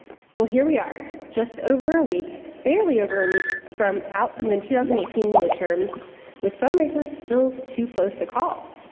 well, here we are just over a week, barely over a week from, out from the two thousand and eighteen midterms with some races still too close to call.